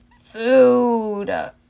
Food